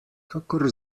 kakor